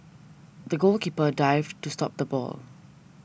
the goalkeeper dived to stop the ball